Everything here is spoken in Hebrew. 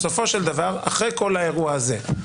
אחרי כל האירוע הזה,